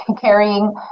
carrying